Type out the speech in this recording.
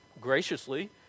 graciously